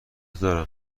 دارم